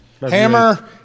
Hammer